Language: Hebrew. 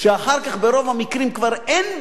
ואחר כך ברוב המקרים כבר אין